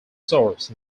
source